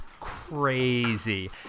crazy